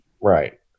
Right